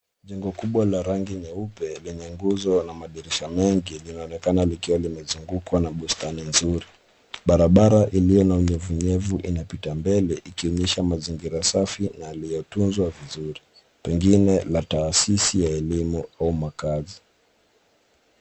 Jengo kubwa la rangi nyeupe lenye nguzo na madirisha mengi linaonekana likiwa limezungukwa na bustani nzuri. Barabara iliyo na unyevu nyevu inapita mbele ,ikionyesha mazingira safi na yaliyotunzwa vizuri. Pengine na taasisi ya elimu au makazi .